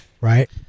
right